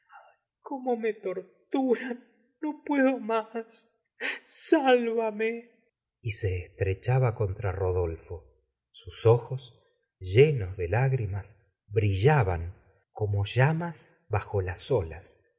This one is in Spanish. cómo me torturan no puedo más sál vame y se estrechaba contra rodolfo sus ojo llenos de lágrimas brillaban como llamas bajo las olas